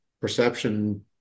perception